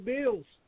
Bills